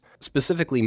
Specifically